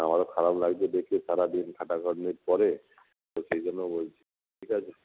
আমারও খারাপ লাগছে দেখে সারাদিন খাটাখাটনির পরে তো সেই জন্য বলছি ঠিক আছে